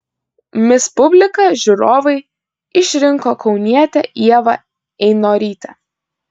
mis publika žiūrovai išrinko kaunietę ievą einorytę